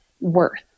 worth